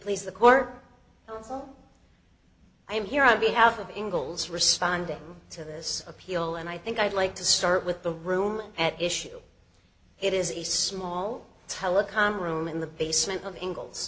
please the court i am here on behalf of engel's responding to this appeal and i think i'd like to start with the room at issue it is a small telecom room in the basement of eng